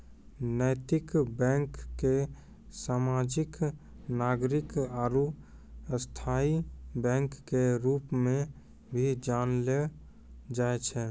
नैतिक बैंक के सामाजिक नागरिक आरू स्थायी बैंक के रूप मे भी जानलो जाय छै